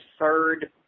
third